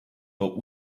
but